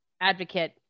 advocate